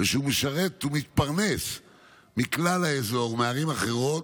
ושהוא משרת ומתפרנס מכלל האזור ומערים אחרות,